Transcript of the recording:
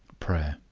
prayer.